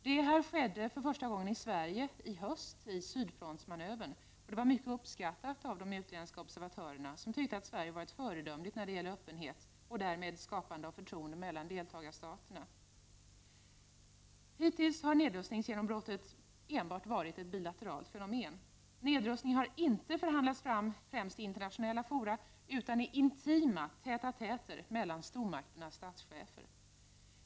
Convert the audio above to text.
Detta skedde för första gången i Sverige i höst i samband med ”Sydfront”-manövern. Det var mycket uppskattat av de utländska observatörerna, som tyckte att Sverige var föredömligt när det gällde öppenhet och därmed skapande av förtroende mellan deltagarstaterna. Hittills har nedrustningsgenombrottet enbart varit ett bilateralt fenomen. Nedrustningar har inte förhandlats fram främst i internationella fora utan i intima téte-å-téter mellan stormakternas statschefer.